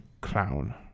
clown